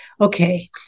okay